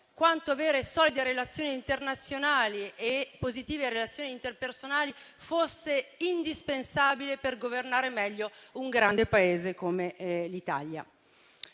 quanto avere solide relazioni internazionali e positive relazioni interpersonali fosse indispensabile per governare meglio un grande Paese come l'Italia.